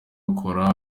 bakora